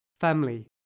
family